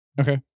Okay